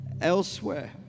elsewhere